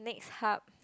next hub